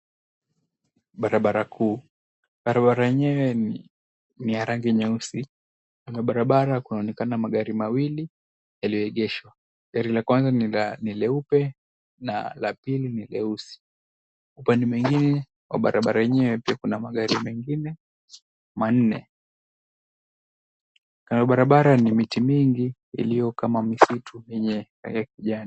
Barabara kuu. Barabara yenyewe ni ya rangi nyeusi. Kando ya barabara kunaonekana magari mawili yaliyoegeshwa, gari la kwanza ni leupe na la pili ni leusi. Upande mwengine wa barabara yenyewe pia kuna magari mengine manne. Kando ya barabara ni miti mingi iliyo kama misitu yenye rangi ya kijani.